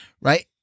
right